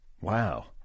Wow